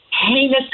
heinous